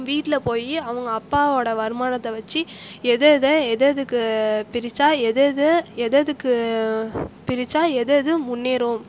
வீட்டில் போய் அவங்க அப்பாவோட வருமானத்தை வச்சு எதை எதை எதை எதுக்கு பிரிச்சால் எதை எதை எதை எதுக்கு பிரிச்சால் எது எது முன்னேறும்